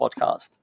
podcast